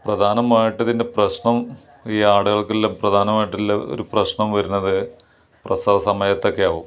പ്രധാനമായിട്ട് ഇതിൻ്റെ പ്രശ്നം ഈ ആടുകൾക്കുള്ള പ്രധാനമായിട്ടുള്ള ഒരു പ്രശ്നം വരുന്നത് പ്രസവസമയത്തൊക്കെ ആവും